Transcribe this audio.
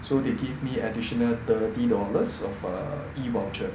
so they give me additional thirty dollars of err e-voucher